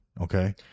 okay